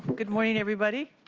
but good morning, everybody.